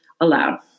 allowed